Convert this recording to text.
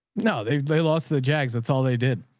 no, they, they lost the jags. that's all they did.